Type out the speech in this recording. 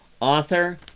author